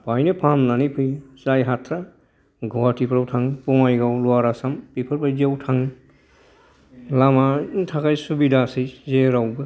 बाहायनो फाहामनानै फैयो जाय हाथारा गुवाहाटिफ्राव थाङो बङायगाव लवार आसाम बेफोर बादियाव थाङो लामा थाखाय सुबिदासै जेरावबो